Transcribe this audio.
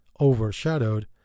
overshadowed